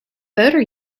boat